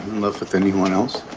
love with anyone else?